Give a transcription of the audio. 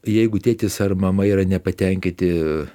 jeigu tėtis ar mama yra nepatenkyti